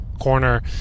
corner